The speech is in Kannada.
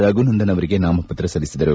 ರಘುನಂದನ್ ಅವರಿಗೆ ನಾಮಪತ್ರ ಸಲ್ಲಿಸಿದರು